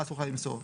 מה אסור לך למסור.